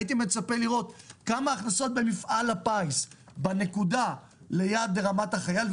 הייתי מצפה לראות כמה הכנסות במפעל הפיס בנקודה ליד רמת החייל,